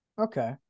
Okay